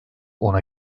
ona